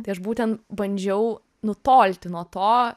tai aš būtent bandžiau nutolti nuo to